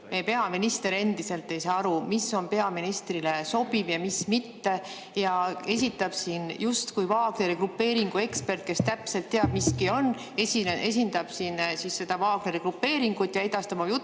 meie peaminister endiselt ei saa aru, mis on peaministrile sobiv ja mis mitte. Ta esineb siin justkui Wagneri grupeeringu ekspert, kes täpselt teab, mis miski on, esindab siin seda Wagneri grupeeringut ja edastab oma